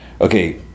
Okay